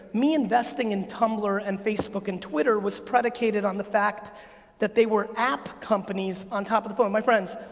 me investing in tumbler and facebook and twitter was predicated on the fact that they were app companies on top of the phone. my friends,